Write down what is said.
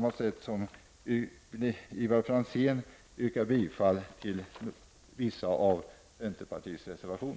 med att yrka bifall till de av centerpartiets reservationer som Ivar Franzén yrkade bifall till.